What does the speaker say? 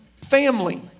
family